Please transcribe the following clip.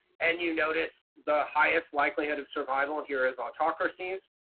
and you notice the highest likelihood of survival here is autocracies,